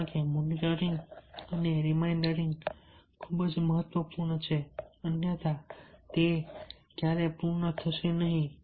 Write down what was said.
કારણ કે મોનીટરીંગ અને રીમાઇન્ડીંગ ખૂબ જ મહત્વપૂર્ણ છે અન્યથા તે ક્યારેય પૂર્ણ થશે નહીં